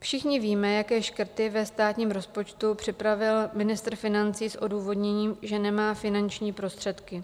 Všichni víme, jaké škrty ve státním rozpočtu připravil ministr financí s odůvodněním, že nemá finanční prostředky.